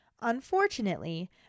Unfortunately